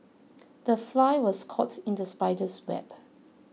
the fly was caught in the spider's web